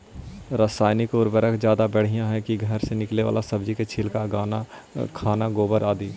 रासायन उर्वरक ज्यादा बढ़िया हैं कि घर से निकलल सब्जी के छिलका, खाना, गोबर, आदि?